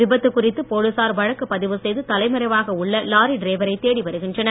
விபத்து குறித்து போலீசார் வழக்கு பதிவு செய்து தலை மறைவாக உள்ள லாரி டிரைவரை தேடிவருகின்றனர்